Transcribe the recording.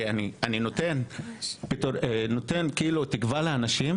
כי אני נותר תקווה לאנשים